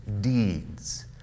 deeds